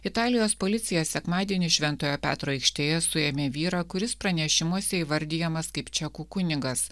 italijos policija sekmadienį šventojo petro aikštėje suėmė vyrą kuris pranešimuose įvardijamas kaip čekų kunigas